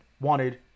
wanted